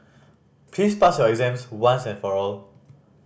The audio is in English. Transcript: please pass your exams once and for all